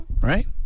right